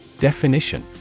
Definition